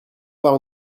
avoir